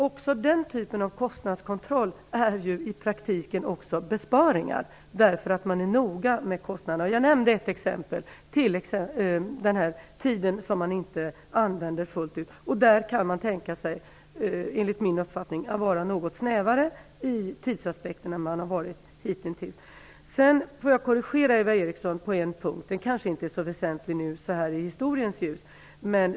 Också den typen av kostnadskontroll är i praktiken besparingar, eftersom man är noga med kostnaderna. Jag gav ett exempel på detta, nämligen den tid då assistenten inte används fullt ut. Enligt min uppfattning kan vi i de fallen vara något snävare i tidsaspekten än vad vi har varit hittills. Jag vill korrigera Eva Eriksson på en punkt, även om detta kanske inte är så väsentligt nu, så här i historiens ljus.